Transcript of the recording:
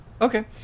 Okay